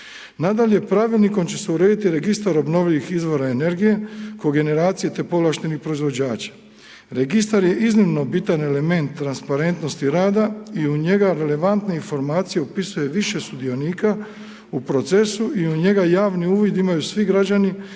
Nadalje, pravilnikom će se urediti Registar obnovljivih izvora energije, kogeneracija te povlaštenih proizvođača. Registar je iznimno bitan element transparentnosti rada i u njega relevantne informacije upisuje više sudionika u procesu i u njega javni uvid imaju svi građani za